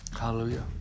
Hallelujah